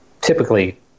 typically